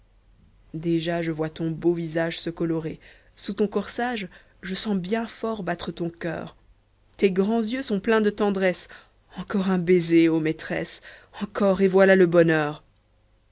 déjà je vois ton beau visage se colorer sous ton corsage je sens bien fort battre ton coeur tes grands yeux sont pleins de tendresse encor un baiser ô maîtresse encor et voilà le bonheur